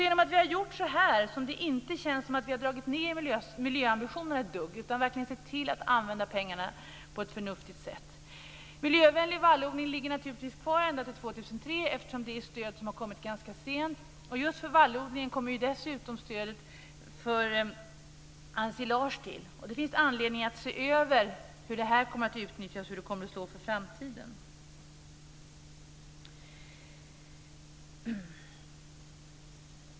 Genom att vi har gjort så här känns det inte som om vi har dragit ned miljöambitionerna ett dugg. Vi har verkligen sett till att använda pengarna på ett förnuftigt sätt. Stödet till miljövänlig vallodling ligger naturligtvis kvar ända till 2003 eftersom det är ett stöd som har kommit ganska sent. Just för vallodlingen kommer dessutom stödet för ensilage till. Det finns anledning att se över hur det kommer att utnyttjas och hur det kommer att slå i framtiden.